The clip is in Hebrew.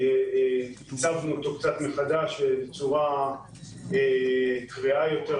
עיצבנו אותו מחדש בצורה קריאה יותר,